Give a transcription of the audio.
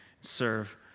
serve